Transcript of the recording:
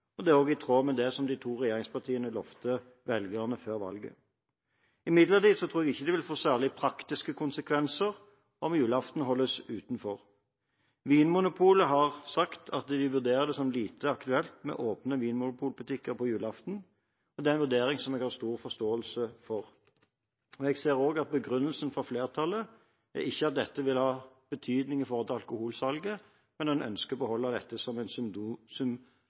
Det er også i tråd med det som de to regjeringspartiene lovet velgerne før valget. Imidlertid tror jeg ikke det vil få særlig praktiske konsekvenser om julaften holdes utenfor. Vinmonopolet har sagt at de vurderer det som lite aktuelt med åpne Vinmonopol-butikker på julaften, og det er en vurdering som jeg har stor forståelse for. Jeg ser også at begrunnelsen for flertallet ikke er at dette vil ha betydning for alkoholsalget, men at en ønsker å beholde dette som en